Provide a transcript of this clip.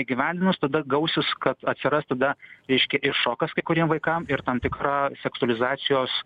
įgyvendinus tada gausis kad atsiras tada reiškia ir šokas kai kurie vaikam ir tam tikra seksualizacijos